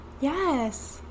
Yes